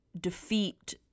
defeat